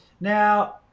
Now